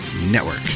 Network